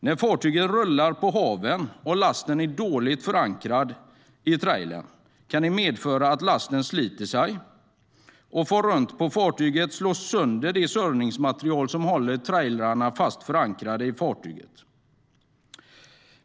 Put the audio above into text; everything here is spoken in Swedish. När fartyget rullar på havet och lasten är dåligt förankrad i trailern kan lasten slita sig och fara runt på fartyget och slå sönder det surrningsmateriel som håller trailrarna fast förankrade i fartyget.